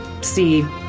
see